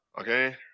okay